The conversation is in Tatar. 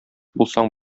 булсаң